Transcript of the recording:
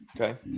Okay